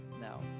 No